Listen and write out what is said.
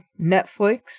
Netflix